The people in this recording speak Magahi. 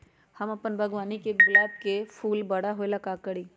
हम अपना बागवानी के गुलाब के फूल बारा होय ला का करी?